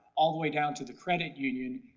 all the way down to the credit union,